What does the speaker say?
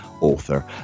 author